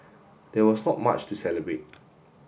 there was not much to celebrate